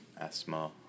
asthma